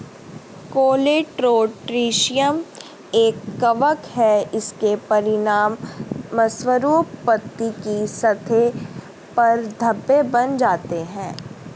Colletotrichum एक कवक है, इसके परिणामस्वरूप पत्ती की सतह पर धब्बे बन जाते हैं